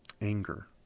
anger